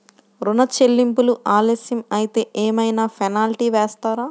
ఋణ చెల్లింపులు ఆలస్యం అయితే ఏమైన పెనాల్టీ వేస్తారా?